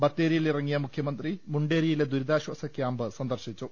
ബത്തേരിയിൽ ഇറങ്ങിയ മുഖ്യമന്ത്രി മുണ്ടേരി യിലെ ദുരിതാശ്ചാസ ക്യാമ്പ് സന്ദർശിച്ചു